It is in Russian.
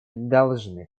должны